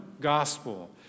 gospel